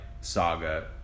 Saga